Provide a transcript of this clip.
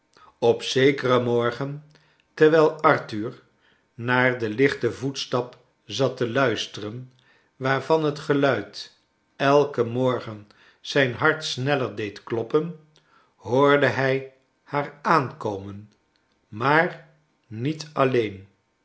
op zekeren morgen terwijl arthur naar den lichten voetstap zat te luisteren waarvan het geluid elken morgen zijn hart sneller deed kloppen hoorde hij haar aankomen maar niet alleen